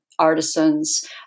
artisans